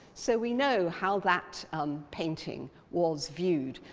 so we know how that um painting was viewed.